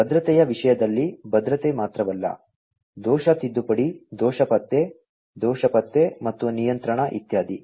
ಮತ್ತು ಭದ್ರತೆಯ ವಿಷಯದಲ್ಲಿ ಭದ್ರತೆ ಮಾತ್ರವಲ್ಲ ದೋಷ ತಿದ್ದುಪಡಿ ದೋಷ ಪತ್ತೆ ದೋಷ ಪತ್ತೆ ಮತ್ತು ನಿಯಂತ್ರಣ ಇತ್ಯಾದಿ